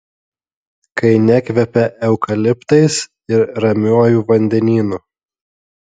kai nekvepia eukaliptais ir ramiuoju vandenynu